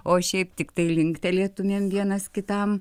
o šiaip tiktai linktelėtumėm vienas kitam